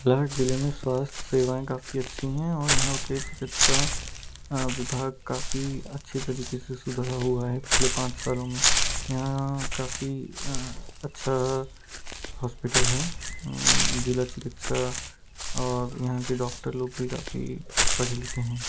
लाट ज़िले में स्वास्थ्य सेवाएँ काफ़ी अच्छी हैं और यहाँ के चिकित्सा विभाग काफ़ी अच्छे तरीक़े से सुधरा हुआ है पिछले पाँच सालों में यहाँ काफ़ी अच्छा हॉस्पीटल है ज़िला चिकित्सा और यहाँ के डॉक्टर लोग भी काफ़ी पढ़े लिखे हैं